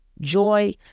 Joy